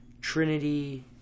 Trinity